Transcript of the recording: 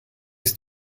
ist